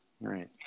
Right